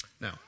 Now